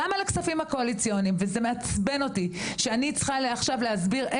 גם על הכספים הקואליציוניים וזה מעצבן אותי שאני צריכה עכשיו להסביר,